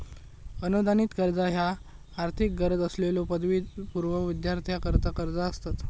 अनुदानित कर्ज ह्या आर्थिक गरज असलेल्यो पदवीपूर्व विद्यार्थ्यांकरता कर्जा असतत